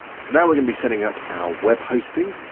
so now we're gonna be setting up our web hosting.